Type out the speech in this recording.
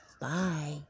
Bye